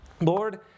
Lord